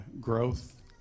growth